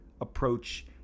approach